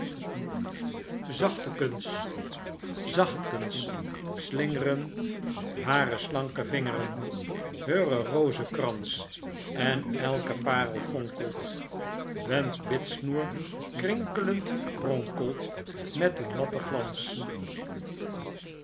zachtekens zachtkens slingeren hare slanke vingeren heuren rozenkrans en elke paerel fonkelt wen t bidsnoer krinkelend kronkelt met een matten glans